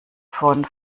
von